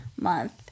Month